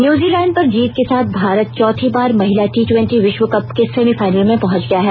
New Zealand पर जीत के साथ भारत चौथी बार महिला टी ट्वेंटी विश्व कप के सेमीफाइनल में पहुंच गया है